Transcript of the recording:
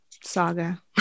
saga